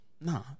Nah